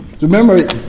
Remember